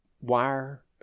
wire